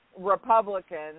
Republicans